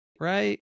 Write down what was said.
right